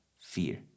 fear